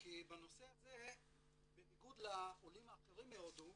כי בנושא הזה בניגוד לעולים האחרים מהודו,